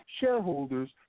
shareholders